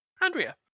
Andrea